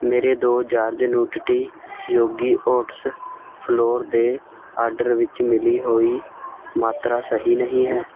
ਮੇਰੇ ਦੋ jars Nutty Yogi oats flour ਦੇ ਆਡਰ ਵਿੱਚ ਮਿਲੀ ਹੋਈ ਮਾਤਰਾ ਸਹੀ ਨਹੀਂ ਹੈ